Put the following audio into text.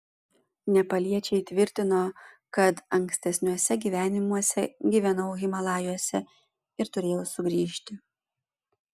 nepaliečiai tvirtino kad ankstesniuose gyvenimuose gyvenau himalajuose ir turėjau sugrįžti